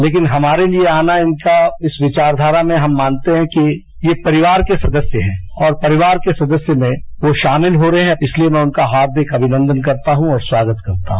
लेकिन हमारे लिए आना इनका इस विवास्वारा में हम मानते हैं कि यह परिवार के सदस्य हैं और परिवार के सदस्य में वो सामिल हो रहे हैं इसलिए मैं उनका हार्दिक अभिनंदन करता हूं और स्वागत करता हूं